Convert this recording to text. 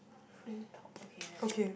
free talk okay never mind